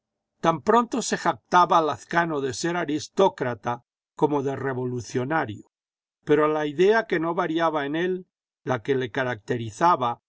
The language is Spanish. tan pronto se jactaba lazcano de ser aristócrata como de revolucionario pero la idea que no variaba en él la que le caracterizaba